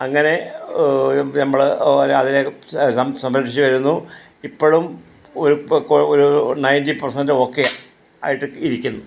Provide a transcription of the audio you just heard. അങ്ങനെ നമ്മൾ ഒരു അതിനെ സംരക്ഷിച്ച് വരുന്നു ഇപ്പോഴും ഒരു പ ഒരു നയൻറ്റി പെർസെൻറ്റ് ഓക്കെ ആയിട്ട് ഇരിക്കുന്നു